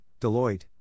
Deloitte